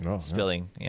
spilling